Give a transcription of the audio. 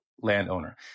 landowner